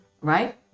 right